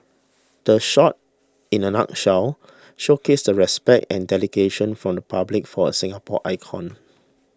the shot in a nutshell showcased the respect and dedication from the public for a Singapore icon